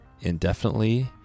indefinitely